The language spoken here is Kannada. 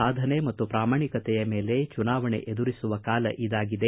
ಸಾಧನೆ ಮತ್ತು ಪ್ರಾಮಾಣಿಕತೆಯ ಮೇಲೆ ಚುನಾವಣೆ ಎದುರಿಸುವ ಕಾಲ ಇದಾಗಿದೆ